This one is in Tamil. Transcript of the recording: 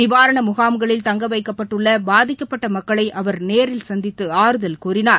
நிவாரண முகாம்களில் தங்க வைக்கப்பட்டுள்ள பாதிக்கப்பட்ட மக்களை நேரில் சந்தித்து அவர் ஆறுதல் கூறினார்